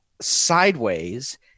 sideways